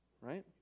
right